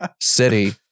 city